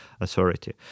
authority